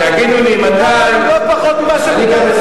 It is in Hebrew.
תגידו לי מתי, מגיע לנו לא פחות ממה שמגיע לכם.